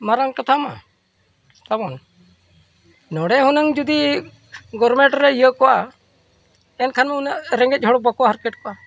ᱢᱟᱨᱟᱝ ᱠᱟᱛᱷᱟ ᱢᱟ ᱛᱟᱵᱚᱱ ᱱᱚᱰᱮ ᱦᱩᱱᱟᱹᱝ ᱡᱩᱫᱤ ᱜᱚᱨᱢᱮᱱᱴ ᱨᱮ ᱤᱭᱟᱹ ᱠᱚᱜᱼᱟ ᱮᱱᱠᱷᱟᱱ ᱩᱱᱟᱹᱜ ᱨᱮᱸᱜᱮᱡ ᱦᱚᱲ ᱵᱟᱠᱚ ᱦᱟᱨᱠᱮᱛ ᱠᱚᱜᱼᱟ